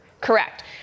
Correct